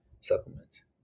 supplements